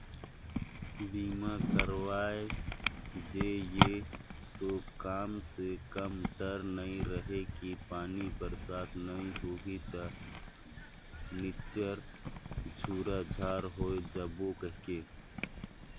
बीमा करवाय जे ये तो कम से कम डर नइ रहें कि पानी बरसात नइ होही त निच्चर झूरा झार होय जाबो कहिके